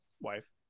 wife